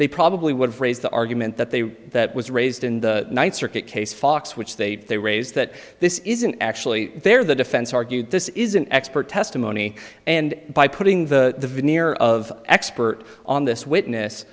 they probably would raise the argument that they that was raised in the ninth circuit case fox which they they raise that this isn't actually there the defense argued this is an expert testimony and by putting the mirror of expert on this witness